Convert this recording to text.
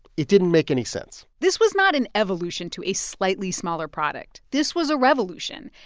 it didn't make any sense this was not an evolution to a slightly smaller product. this was a revolution.